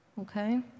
okay